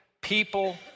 people